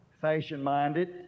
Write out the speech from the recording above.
fashion-minded